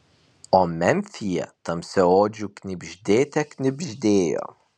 o memfyje tamsiaodžių knibždėte knibždėjo